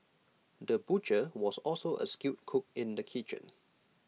the butcher was also A skilled cook in the kitchen